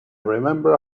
remember